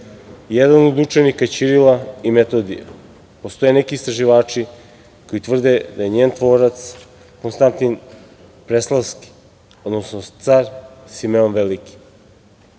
jedan od učenika Ćirila i Metodija. Postoje neki istraživači koji tvrde da je njen tvorac Konstantin preslavski, odnosno car Simeon Veliki. Vuk